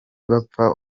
bapfa